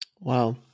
Wow